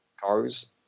cars